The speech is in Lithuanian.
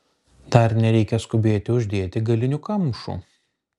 dar nereikia skubėti uždėti galinių kamšų